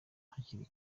hakiri